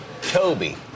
Toby